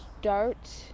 start